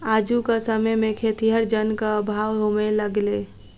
आजुक समय मे खेतीहर जनक अभाव होमय लगलै